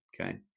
Okay